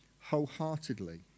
wholeheartedly